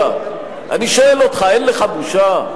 אני שואל אותך, אין לך בושה?